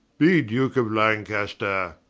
be duke of lancaster,